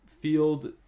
field